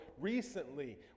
recently